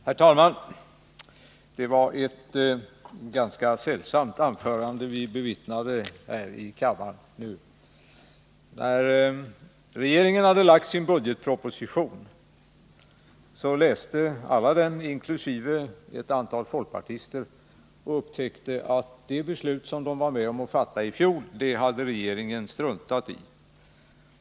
Herr talman! Det var ett ganska sällsamt anförande vi nu fick bevittna i kammaren. När regeringen lagt fram sin budgetproposition läste alla den, inkl. ett antal folkpartister, och upptäckte att det beslut de varit med om att fatta i fjol hade regeringen struntat i.